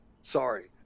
Sorry